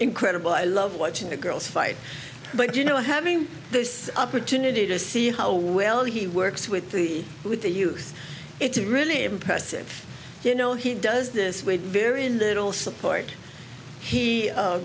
incredible i love watching the girls fight but you know having this opportunity to see how well he works with the with the youth it's really impressive you know he does this with very in that all support he